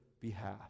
behalf